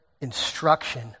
instruction